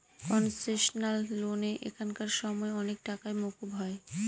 concessional লোনে এখানকার সময় অনেক টাকাই মকুব হয়